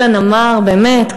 אילן אמר באמת,